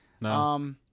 No